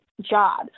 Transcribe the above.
job